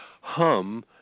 hum